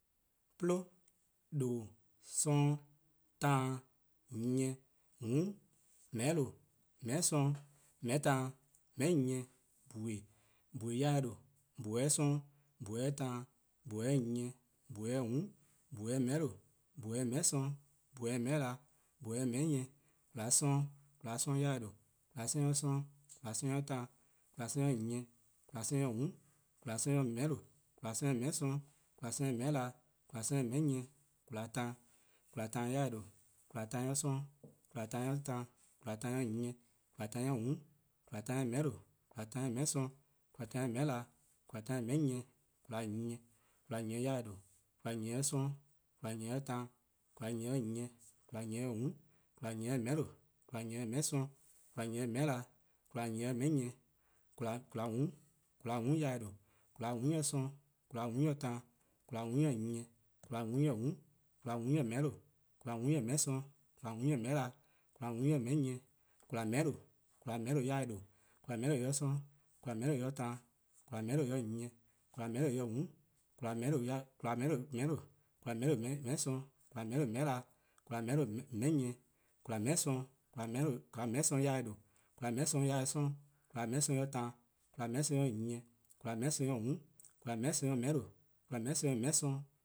'Plo, :dhoo:, 'sororn', taan, nyien, :mm', :meheh'lo:, :meheh' 'sorn, :meheh'na,. :meheh nyieh, :bhue', :bhue' 'yor-eh :dhe', :bhue' 'yor 'sororn', :bhue' 'yor taan, :bhue' 'yor nyieh, :bhue' 'yor :mm'. :bhue' 'yor meheh'lo:, :bhue' 'yor meheh' 'sorn, :bhue' 'yor meheh'na, :bhue' 'yor meheh' nyieh, :kwlaa 'sororn', :kwlaa 'sororn' 'yor-eh :due', :kwlaa 'sororn' 'yor 'sororn', :kwlaa 'sororn' 'yor taan, :kwlaa 'sororn' 'yor nyieh, :kwlaa 'sororn' 'yor :mm', :kwlaa 'sororn' 'yor :meheh'lo:, :kwlaa 'sororn' 'yor :meheh' 'sorn', :kwlaa 'sororn' 'yor :meheh'na, :kwlaa 'sororn' 'yor :meheh' nyieh, :kwlaa taa,, :kwlaa 'yor-eh :due', :kwlaa taan 'yor 'sororn', :kwlaa taan 'yor taan, :kwlaa taan 'yor nyieh, :kwlaa taan 'yor :mm', :kwlaa taan 'yor :meheh'lo:, :kwlaa taan 'yor :meheh' 'sorn, :kwlaa taan 'yor :meheh'na, :kwlaa taan 'yor :meheh' nyieh, :kwlaa nyien, :kwlaa nyien 'yor-eh :due', :kwlaa nyieh 'yor 'sororn', :kwlaa nyieh 'yor taan, :kwlaa nyieh 'yor nyieh, :kwlaa nyieh 'yor :mm', :kwlaa nyieh 'yor :meheh'lo:, :kwlaa nyieh 'yor :meheh' 'sorn, :kwlaa nyieh 'yor :meheh'na, :kwlaa nyieh 'yor :meheh' nyieh :kwlaa :mm', :kwlaa :mm 'yor-eh :due', :kwlaa :mm 'yor 'sororn', :kwlaa :mm 'yor taan, :kwlaa :mm 'yor nyieh, :kwlaa :mm 'yor :mm, :kwlaa :mm 'yor :meheh'lo:, :kwlaa :mm 'yor :meheh' 'sorn, :kwlaa :mm 'yor :meheh'na, :kwlaa :mm 'yor :meheh' nyieh, :kwlaa :meheh' lo:, :kwlaa :meheh'lo: yor-eh :due', :kwlaa :mehehlo yor 'sororn', :kwla :meheh'lo: 'yor taan, :kwla :meheh'lo: 'yor nyieh, :kwla :meheh'lo: 'yor :mm', :kwla :meheh'lo: ' :mehehlo:, :kwla :meheh'lo: :meheh' 'sorn, :kwla :meheh'lo: :meheh na, :kwla :meheh'lo: :meheh' nyieh, :kwlaa meheh' 'sorn. :kwlaa :meheh' 'sorn 'yor-eh :due', :kwlaa :meheh' 'sorn 'yor 'sororn', :kwlaa :meheh' 'sorn 'yor taan, :kwlaa :meheh' 'sorn 'yor nyieh, :kwlaa :meheh' 'sorn 'yor :mm', :kwlaa :meheh' 'sorn 'yor meheh'lo, :kwlaa :meheh' 'sorn 'yor meheh' 'sorn,